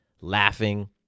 laughing